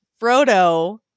frodo